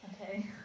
Okay